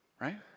Right